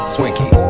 Swinky